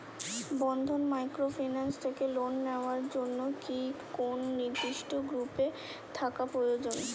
বন্ধন microfinance থেকে loan নেওয়ার জন্য কি কোন নির্দিষ্ট গ্রুপে থাকা প্রয়োজন?